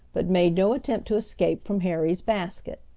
but made no attempt to escape from harry's basket.